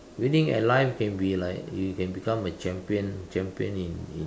winning at life can be like you can become a champion champion in in